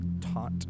taught